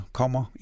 kommer